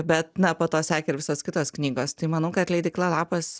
bet na po to sekė ir visos kitos knygos tai manau kad leidykla lapas